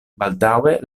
baldaŭe